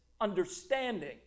understanding